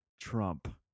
Trump